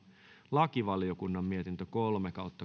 lakivaliokunnan mietintö kolme